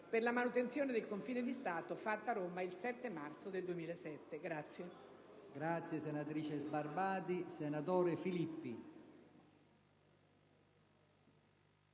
per la manutenzione del confine di Stato, fatta a Roma il 7 marzo 2007. Art.